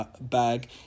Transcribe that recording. bag